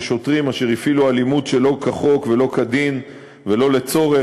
בשוטרים אשר הפעילו אלימות שלא כחוק ולא כדין ולא לצורך,